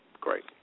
Great